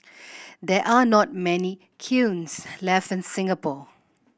there are not many kilns left in Singapore